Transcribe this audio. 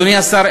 אדוני השר,